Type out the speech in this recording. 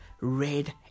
red